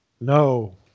No